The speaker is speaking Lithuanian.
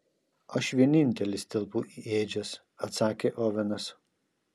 aš vienintelis telpu į ėdžias atsakė ovenas